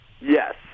Yes